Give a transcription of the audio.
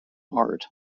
art